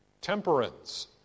temperance